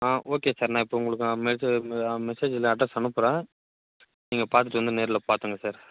ஆ okay sir நான் இப்போ உங்களுக்கு நான் மெசே நான் மெசேஜ்ஜில் அட்ரஸ் அனுப்புகிறேன் நீங்கள் பார்த்துட்டு வந்து நேரில் பார்த்துக்குங்க சார்